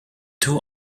two